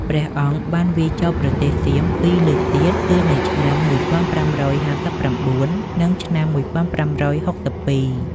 ព្រះអង្គបានវាយចូលប្រទេសសៀមពីរលើកទៀតគឺនៅឆ្នាំ ១៥៥៩ និងឆ្នាំ ១៥៦២។